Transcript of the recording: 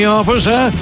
officer